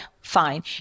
fine